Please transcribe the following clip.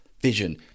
vision